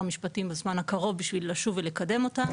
המשפטים בזמן הקרוב בשביל לשוב ולקדם אותה,